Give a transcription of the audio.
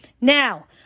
now